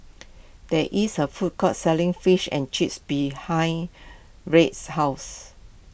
there is a food court selling Fish and Chips behind Wirt's house